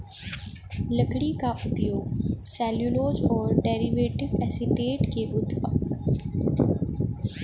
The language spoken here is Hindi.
लकड़ी का उपयोग सेल्यूलोज और डेरिवेटिव एसीटेट के उत्पादन के लिए भी किया जाता है